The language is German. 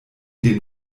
den